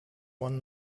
one